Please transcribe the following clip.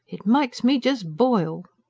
it makes me just boil.